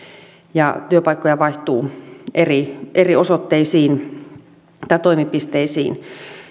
ja työpaikkoja vaihtuu eri eri osoitteisiin tai toimipisteisiin